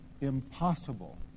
impossible